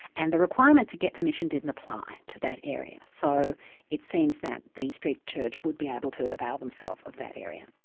and the requirements to get permission didn't apply to that area. so it seems that the street church would be able to avail themselves of that area.